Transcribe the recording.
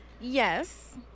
Yes